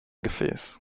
gefäß